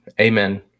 Amen